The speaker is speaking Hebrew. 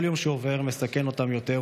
כל יום שעובר מסכן אותם יותר,